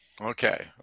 Okay